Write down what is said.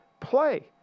Play